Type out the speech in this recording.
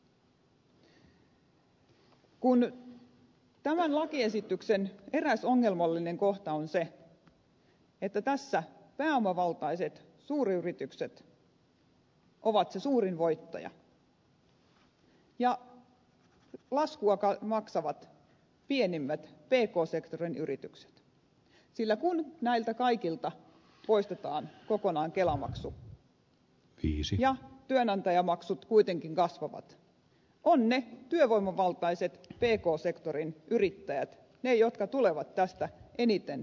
eräs tämän lakiesityksen ongelmallinen kohta on se että tässä pääomavaltaiset suuryritykset ovat se suurin voittaja ja laskua maksavat pienimmät pk sektorin yritykset sillä kun näiltä kaikilta poistetaan kokonaan kelamaksu ja työnantajamaksut kuitenkin kasvavat ovat ne työvoimavaltaiset pk sektorin yrittäjät ne jotka tulevat tästä eniten maksamaan